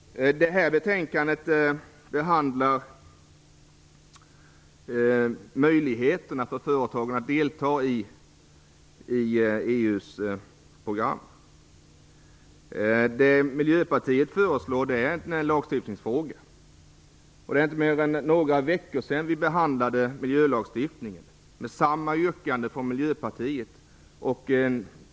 Det här betänkandet behandlar möjligheterna för företagen att delta i EU:s program. Det Miljöpartiet föreslår är egentligen en lagstiftningsfråga. Det är inte mer än några veckor sedan vi behandlade miljölagstiftningen med samma yrkande från Miljöpartiet.